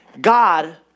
God